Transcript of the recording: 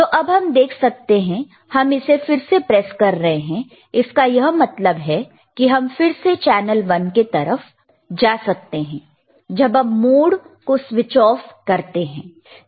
तो अब हम देख सकते हैं हम इसे फिर से प्रेस कर रहे हैं इसका यह मतलब कि हम फिर से चैनल 1 के तरफ जा सकते हैं जब हम मोड को स्विच ऑफ करते हैं